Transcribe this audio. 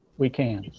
we can